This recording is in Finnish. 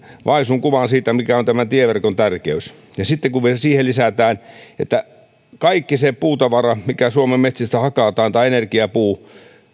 vaisun kuvan siitä mikä on tämän tieverkon tärkeys ja sitten kun siihen vielä lisätään se että kaikki se puutavara mikä suomen metsistä hakataan tai energiapuu